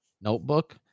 notebook